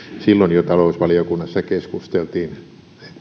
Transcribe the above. silloin jo talousvaliokunnassa keskusteltiin